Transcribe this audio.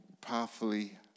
powerfully